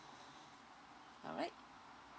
alright